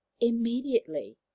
Immediately